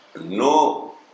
No